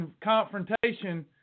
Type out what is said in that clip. confrontation